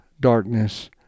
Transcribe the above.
darkness